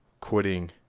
quitting